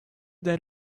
that